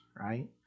Right